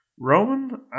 Roman